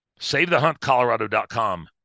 Savethehuntcolorado.com